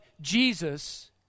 Jesus